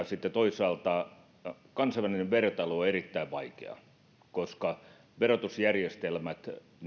sitten toisaalta kansainvälinen vertailu on erittäin vaikeaa koska verotusjärjestelmien